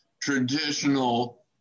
traditional